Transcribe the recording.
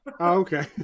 okay